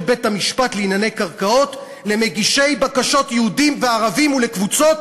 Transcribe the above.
בית-המשפט לענייני קרקעות למגישי בקשות יהודים וערבים ולקבוצות,